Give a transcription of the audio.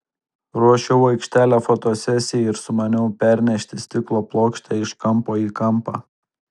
ruošiau aikštelę fotosesijai ir sumaniau pernešti stiklo plokštę iš kampo į kampą